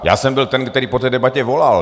Já jsem byl ten, který po té debatě volal.